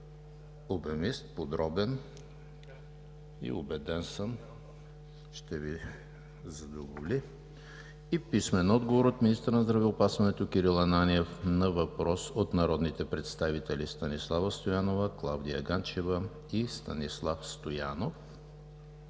обемист, подробен и, съм убеден, ще Ви задоволи; - министъра на здравеопазването Кирил Ананиев на въпрос от народните представители Станислава Стоянова, Клавдия Ганчева и Станислав Стоянов.